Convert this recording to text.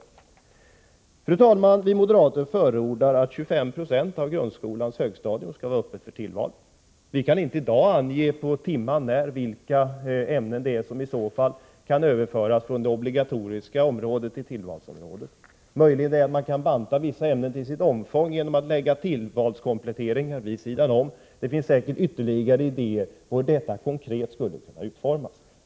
Fru talman! Vi moderater förordar att 25 90 av grundskolans högstadium skall vara öppet för tillval. Vi kan inte i dag ange på timmen när vilka ämnen som i så fall kan överföras från det obligatoriska området till tillvalsområdet. Det är möjligt att man kan banta vissa ämnens omfång genom att lägga tillvalskompletteringar vid sidan om. Det finns säkert ytterligare idéer om hur detta konkret skulle kunna utformas.